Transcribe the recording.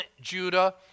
Judah